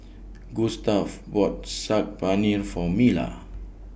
Gustave bought Saag Paneer For Mila